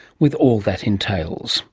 with all that entails